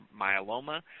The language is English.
myeloma